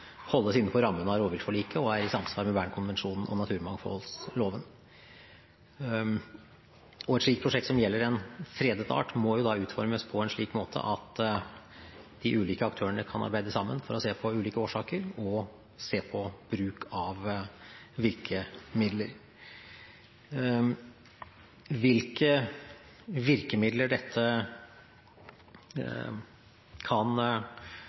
holdes innenfor rammen av rovviltforliket og er i samsvar med Bern-konvensjonen og naturmangfoldloven. Et prosjekt som gjelder en fredet art, må utformes på en slik måte at de ulike aktørene kan arbeide sammen for å se på ulike årsaker og på bruk av virkemidler. Hvilke virkemidler dette kan